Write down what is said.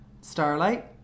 Starlight